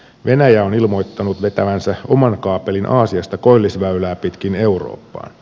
venäjä on ilmoittanut vetävänsä oman kaapelin aasiasta koillisväylää pitkin eurooppaan